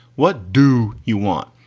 what do you want?